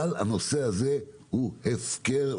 אבל הנושא הזה הוא הפקר לחלוטין.